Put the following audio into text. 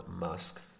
Musk